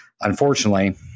Unfortunately